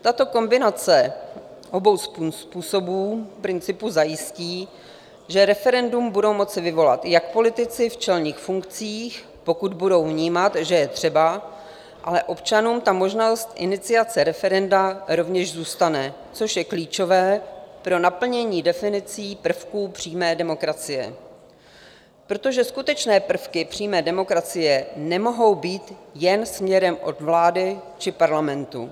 Tato kombinace obou způsobů principů zajistí, že referendum budou moci vyvolat jak politici v čelných funkcích, pokud budou vnímat, že je třeba, ale občanům možnost iniciace referenda rovněž zůstane, což je klíčové pro naplnění definicí prvků přímé demokracie, protože skutečně prvky přímé demokracie nemohou být jen směrem od vlády či parlamentu.